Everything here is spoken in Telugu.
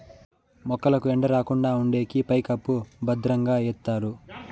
మొక్కలకు ఎండ రాకుండా ఉండేకి పైకప్పు భద్రంగా ఎత్తారు